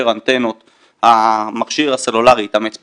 אנטנות המכשיר הסלולרי יתאמץ פחות.